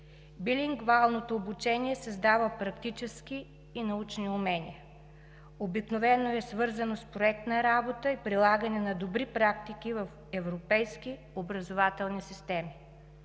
Билингвалното обучение създава практически и научни умения. Обикновено е свързано с проект на работа и прилагане на добри практики в европейски образователни системи.